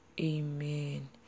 Amen